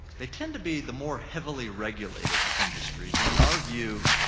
they tend to be the more heavily regulated industries, and in our view,